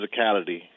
physicality